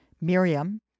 Miriam